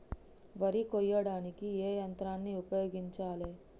వరి కొయ్యడానికి ఏ యంత్రాన్ని ఉపయోగించాలే?